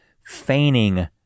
feigning